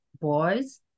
boys